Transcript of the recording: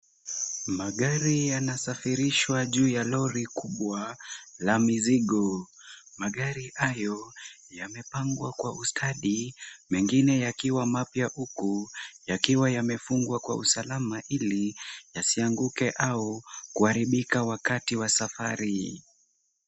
Magari yanasafirishwa juu ya lori kubwa la mizigo. Magari hayo yamepangwa kwa ustadhi, mengine yakiwa mapya huku yakiwa yamefungwa kwa usalama ili yasianguke au kuharibika wakati wa safari.